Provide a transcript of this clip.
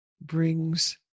brings